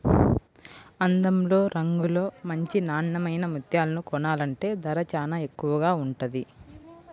అందంలో, రంగులో మంచి నాన్నెమైన ముత్యాలను కొనాలంటే ధర చానా ఎక్కువగా ఉంటది